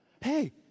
Hey